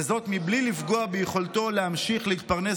וזאת בלי לפגוע ביכולתו להמשיך להתפרנס